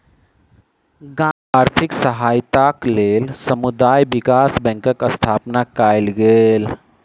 गामक आर्थिक सहायताक लेल समुदाय विकास बैंकक स्थापना कयल गेल